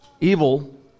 evil